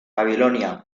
babilonia